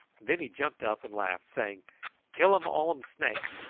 then he jumped up and laughed, saying killum all um snake!